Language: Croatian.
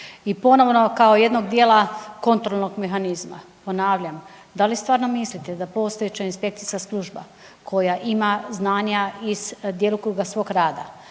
i ponovno kao jednog dijela kontrolnog mehanizma, ponavljam da li stvarno mislite da postojeća inspekcijska služba koja ima znanja iz djelokruga svog rada